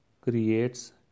creates